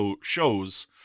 shows